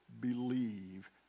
believe